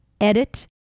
edit